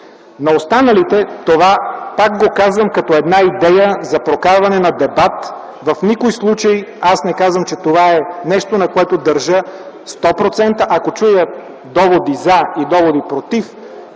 Но останалите, това пак го казвам като една идея за прокарване на дебат, в никой случай аз не казвам, че това е нещо, на което държа 100%. Ако чуя доводи „за” и доводи „против”,